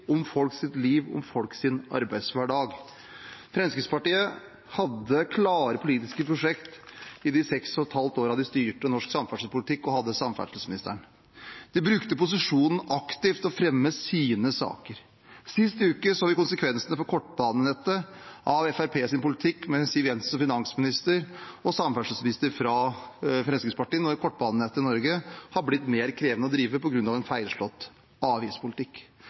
om folks liv og om folks arbeidshverdag. Fremskrittspartiet hadde klare politiske prosjekter i de seks og et halvt årene de styrte norsk samferdselspolitikk og hadde samferdselsministeren. De brukte posisjonen aktivt til å fremme sine saker. Sist uke så vi konsekvensene av Fremskrittspartiets politikk for kortbanenettet, med Siv Jensen som finansminister og med en samferdselsminister fra samme parti: Kortbanenettet har blitt mer krevende å drive på grunn av en feilslått avgiftspolitikk.